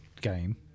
game